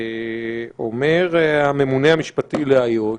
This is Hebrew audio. אומר הממונה המשפטי לאיו"ש: